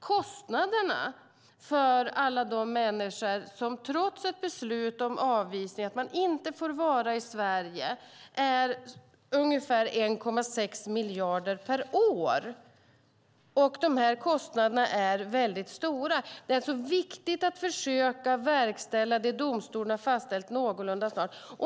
Kostnaderna för alla de människor som trots ett beslut om avvisning och att man inte får vara i Sverige är ungefär 1,6 miljarder per år. Det är väldigt stora kostnader. Det är alltså viktigt att försöka verkställa det domstolen har fastställt någorlunda snart.